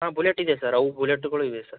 ಹಾಂ ಬುಲೆಟಿದೆ ಸರ್ ಅವು ಬುಲೆಟುಗಳು ಇವೆ ಸರ್